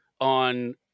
on